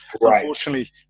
unfortunately